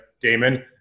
Damon